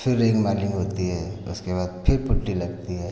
फिर रेगमालिंग होती है उसके बाद फिर पुट्टी लगती है